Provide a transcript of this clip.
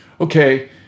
okay